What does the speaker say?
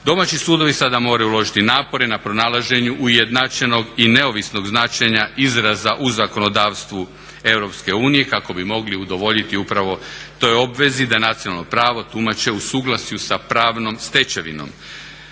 Domaći sudovi sada moraju uložiti napore na pronalaženju ujednačenog i neovisnog značenja izraza u zakonodavstvu Europske unije kako bi mogli udovoljiti upravo toj obvezi da nacionalno pravo tumače u suglasju sa pravnom stečevinom.